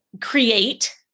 create